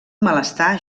malestar